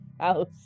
house